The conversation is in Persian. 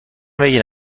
بگین